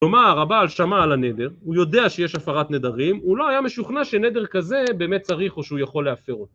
כלומר הבעל שמע על הנדר, הוא יודע שיש הפרת נדרים, הוא לא היה משוכנע שנדר כזה באמת צריך או שהוא יכול להפר אותו.